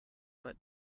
but